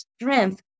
strength